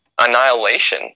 annihilation